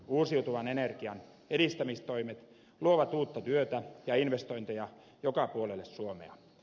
uusiutuvan energian edistämistoimet luovat uutta työtä ja investointeja joka puolelle suomea